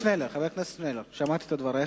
חבר הכנסת שנלר, שמעתי את דבריך.